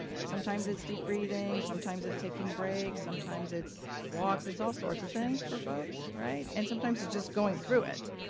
sometimes it's deep breathing, sometimes it's taking breaks, sometimes it's walks, it's all sorts of things for folks and sometimes it's just going through it.